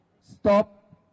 stop